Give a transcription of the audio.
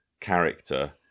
character